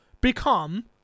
become